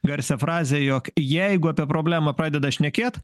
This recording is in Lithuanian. garsią frazę jog jeigu apie problemą pradeda šnekėt